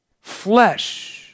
Flesh